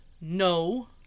No